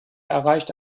erreicht